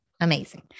Amazing